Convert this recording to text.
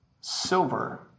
silver